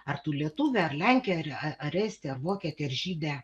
ar tu lietuvė ar lenkė ar ar estė ar vokietė ar žydė